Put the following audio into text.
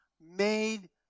made